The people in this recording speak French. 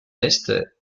est